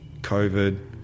COVID